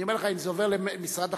אם זה עובר למשרד החינוך,